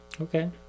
Okay